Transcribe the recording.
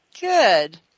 Good